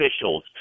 officials